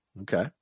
Okay